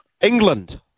England